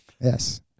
yes